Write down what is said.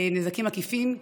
נזקים עקיפים,